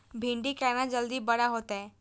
भिंडी केना जल्दी बड़ा होते?